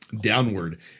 downward